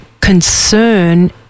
concern